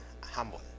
humble